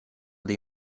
dei